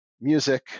music